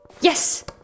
Yes